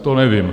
To nevím.